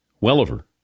Welliver